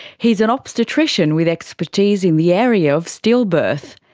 he's an obstetrician with expertise in the area of stillbirth.